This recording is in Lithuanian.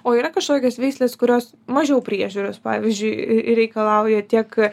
o yra kažkokios veislės kurios mažiau priežiūros pavyzdžiui reikalauja tiek